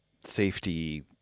safety